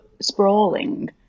sprawling